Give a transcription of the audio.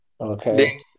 Okay